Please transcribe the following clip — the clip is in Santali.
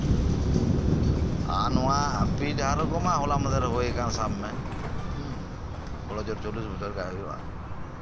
ᱟᱨ ᱱᱚᱣᱟ ᱯᱤᱪ ᱰᱟᱦᱟᱨ ᱠᱚᱢᱟ ᱦᱚᱞᱟᱼᱢᱟᱫᱷᱮᱨ ᱦᱩᱭ ᱟᱠᱟᱱ ᱥᱟᱵ ᱢᱮ ᱦᱩᱸ ᱵᱳᱰᱳ ᱡᱮᱨ ᱪᱚᱞᱞᱤᱥ ᱵᱚᱪᱷᱚᱨ ᱜᱟᱡ ᱦᱩᱭᱩᱜᱼᱟ